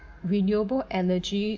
renewable energy